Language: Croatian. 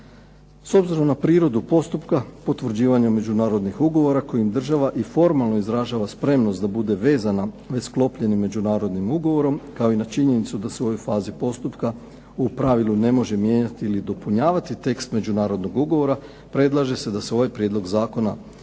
S obzirom na prirodu postupka, potvrđivanje međunarodnih ugovora kojim država i formalno izražava spremnost da bude vezana sklopljenim međunarodnim ugovorom, kao i činjenice da su ove faze postupka u pravilu ne može mijenjati ili dopunjavati, tekst međunarodnog ugovora, predlaže se da se ovaj prijedlog zakona prihvati